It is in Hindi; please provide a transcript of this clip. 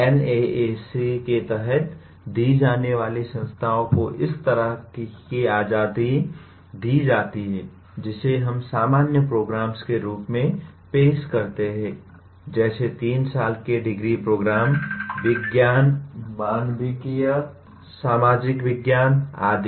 NAAC के तहत दी जाने वाली संस्थाओं को इस तरह की आजादी दी जाती है जिसे हम सामान्य प्रोग्राम्स के रूप में पेश करते हैं जैसे 3 साल के डिग्री प्रोग्राम विज्ञान मानविकी सामाजिक विज्ञान आदि